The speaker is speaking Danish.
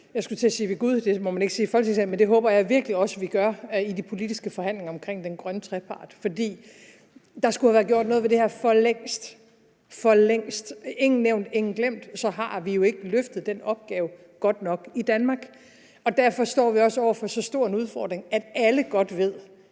jeg skulle til at sige ved gud, men det må man ikke sige i Folketingssalen – også at vi gør i de politiske forhandlinger om den grønne trepart. For der skulle have været gjort noget ved det her for længst. Vi har jo ikke løftet den opgave godt nok i Danmark – ingen nævnt, ingen glemt – og derfor står vi også over for så stor en udfordring, at alle godt ved,